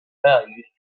values